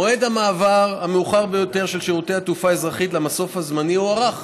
מועד המעבר המאוחר ביותר של שירותי התעופה האזרחית למסוף הזמני הוארך